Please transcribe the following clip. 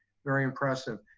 very impressive.